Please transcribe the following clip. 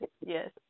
yes